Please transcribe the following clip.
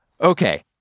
Okay